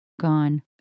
Gone